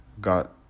got